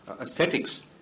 aesthetics